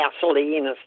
gasoline